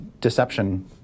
deception